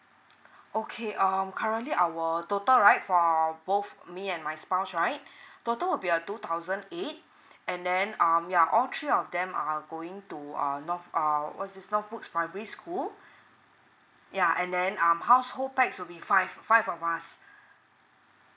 okay um currently our total right for both me and my spouse right total would be a two thousand eight and then um yeah all three of them are going to err north err what is there supposed primary school yeah and then um household pax would be five five of us